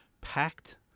packed